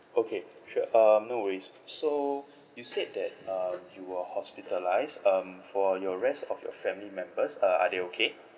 okay sure um no worries so you said that uh you were hospitalised um for your rest of your family members uh are they okay